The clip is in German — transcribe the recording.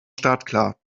startklar